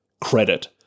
credit